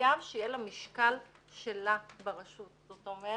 מחויב שיהיה לה משקל שלה ברשות, זאת אומרת,